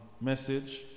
message